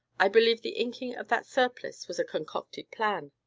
i believe the inking of that surplice was a concocted plan,